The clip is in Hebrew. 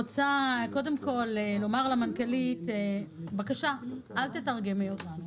קודם כול אני רוצה להציג למנכ"לית בקשה: אל תתרגמי אותנו.